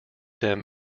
them